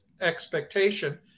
expectation